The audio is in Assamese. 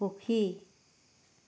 সুখী